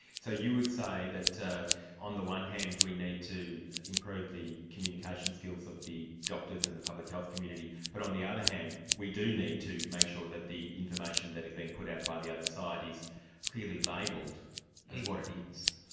so you would say that on the one hand we need to improve the communication skills of the doctors and the public health community, but on the other hand we do need to make sure that the information that is being put out by the other side is clearly labelled as what it is.